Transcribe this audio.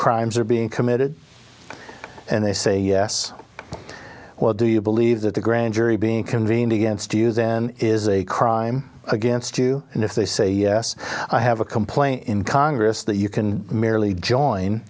crimes are being committed and they say yes well do you believe that the grand jury being convened against you then is a crime against you and if they say yes i have a complaint in congress that you can merely join